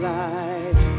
life